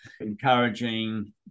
encouraging